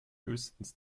höchstens